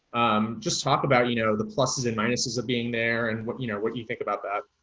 just talk about you know, the pluses and minuses of being there and what you know, what do you think about that?